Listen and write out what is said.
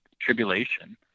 Tribulation